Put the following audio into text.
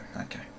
Okay